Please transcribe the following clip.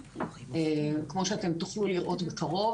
כמו שתוכלו לראות בקרוב,